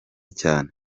cyane